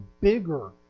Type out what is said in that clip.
bigger